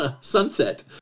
Sunset